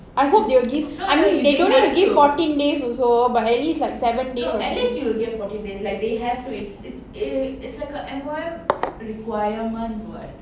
I hope they will give I mean they don't have to give fourteen days also but at least like seven days at least